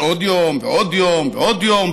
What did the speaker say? יש עוד יום ועוד יום ועוד יום,